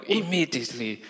immediately